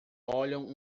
olham